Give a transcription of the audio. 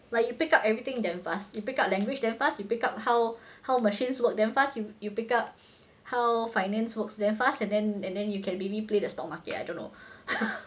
like you pick up everything damn fast you pick up language damn fast you pick up how how machines work damn fast if you pick up how finance works damn fast and then and then you can maybe play the stock market I don't know